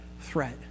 threat